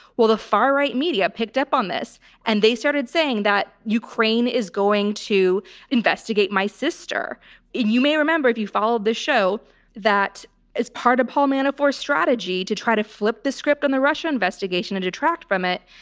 well, the far right media picked up on this and they started saying that ukraine is going to investigate my sister. and you may remember if you followed this show that as part of paul manafort strategy to try to flip the script on the russia investigation and detract from it.